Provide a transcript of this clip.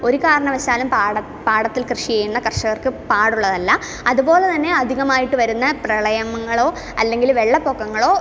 ഒരു കാരണവശാലും പാടത്ത് പടത്തിൽ കൃഷി ചെയ്യുന്ന കർഷകർക്ക് പാടുള്ളതല്ല അതുപോലെ തന്നെ അധികമായിട്ട് വരുന്ന പ്രളയങ്ങളോ അല്ലെങ്കിൽ വെള്ളപ്പൊക്കങ്ങളോ